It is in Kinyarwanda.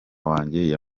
wanjye